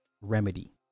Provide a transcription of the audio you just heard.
remedy